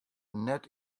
net